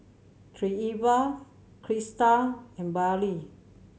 Treva Crista and Billye